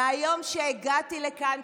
מהיום שהגעתי לכאן,